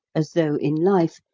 as though, in life,